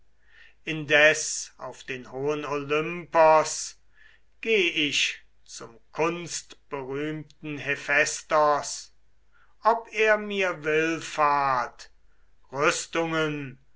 indes auf den hohen olympos geh ich zum kunstberühmten hephästos ob er mir willfahrt rüstungen